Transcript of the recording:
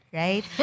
right